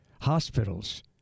hospitals